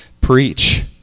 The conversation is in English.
preach